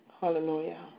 hallelujah